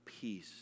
peace